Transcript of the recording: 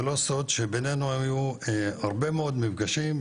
זה לא סוד שביננו היו הרבה מאוד מפגשים,